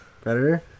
Predator